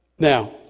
Now